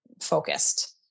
focused